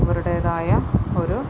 അവരുടേതായ ഒരു